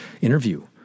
interview